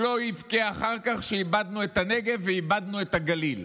שלא יבכה אחר כך שאיבדנו את הנגב ואיבדנו את הגליל.